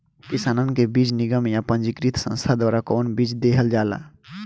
किसानन के बीज निगम या पंजीकृत संस्था द्वारा कवन बीज देहल जाला?